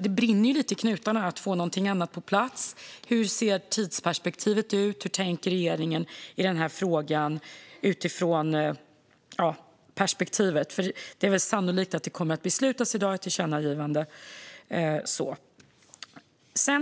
Det brinner lite i knutarna att få någonting annat på plats. Hur ser tidsperspektivet ut? Hur tänker regeringen i den här frågan utifrån det perspektivet? Det är väl sannolikt att det i dag kommer att beslutas ett tillkännagivande. Det